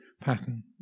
pattern